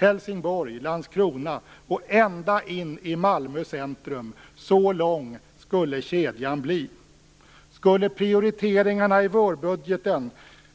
Helsingborg, Landskrona och ända in i Malmö centrum. Så lång skulle kedjan bli. Skulle prioriteringarna i vårbudgeten